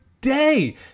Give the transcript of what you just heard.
day